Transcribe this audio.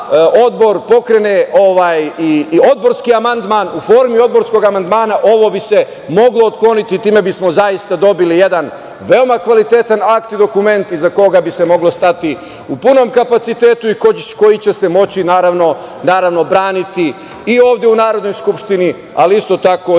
Odbor pokrene i odborski amandman. U formi odborskog amandmana ovo bi se moglo otkloniti i time bismo zaista dobili jedan veoma kvalitetan akt i dokument iza koga bi se moglo stati u punom kapacitetu i koji će se moći naravno braniti i ovde u Narodnoj skupštini, ali isto tako